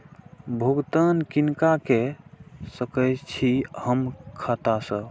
भुगतान किनका के सकै छी हम खाता से?